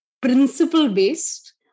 principle-based